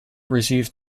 received